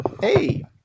Hey